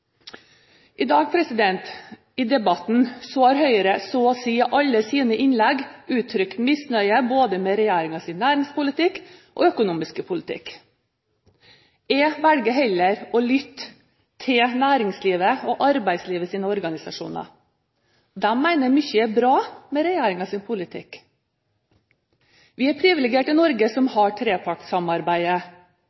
i dag har Høyre så å si i alle sine innlegg uttrykt misnøye både med regjeringens næringspolitikk og økonomiske politikk. Jeg velger heller å lytte til næringslivets og arbeidslivets organisasjoner. De mener mye er bra med regjeringens politikk. Vi er privilegert i Norge som